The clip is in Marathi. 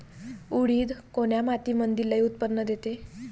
उडीद कोन्या मातीमंदी लई उत्पन्न देते?